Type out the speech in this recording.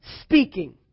speaking